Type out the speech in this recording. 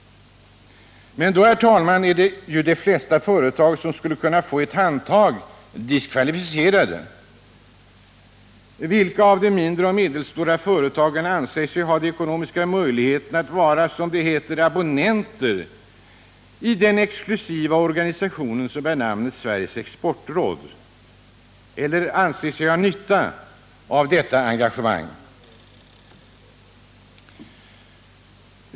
Men då, herr talman, är ju de flesta företag som skulle kunna få ett handtag diskvalificerade. Vilka av de mindre och medelstora företagen anser sig ha de ekonomiska möjligheterna att vara, som det heter, abonnenter i den exklusiva organisation som bär namnet Sveriges exportråd eller anser sig ha nytta av detta engagemang?